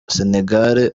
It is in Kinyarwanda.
sénégal